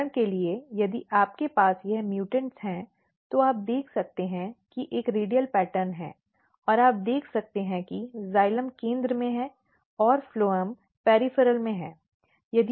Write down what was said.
उदाहरण के लिए यदि आपके पास यह म्यूटेंट है तो आप देख सकते हैं कि एक रेडियल पैटर्न है और आप देख सकते हैं कि जाइलम केंद्र में है और फ्लोएम पॅरिफ़ॅरॅल में है